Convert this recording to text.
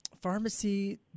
Pharmacy